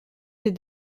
des